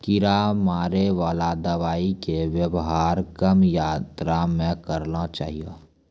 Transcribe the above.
कीड़ा मारैवाला दवाइ के वेवहार कम मात्रा मे करना चाहियो